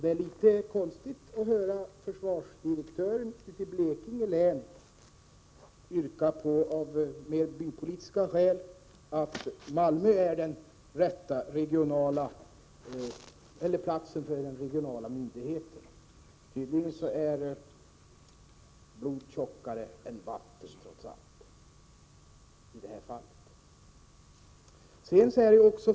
Det är litet konstigt att höra försvarsdirektören i Blekinge län hävda, av bypolitiska skäl, att Malmö är rätta platsen för den regionala myndigheten. Tydligen är blod tjockare än vatten, trots allt.